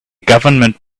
government